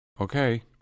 Okay